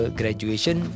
graduation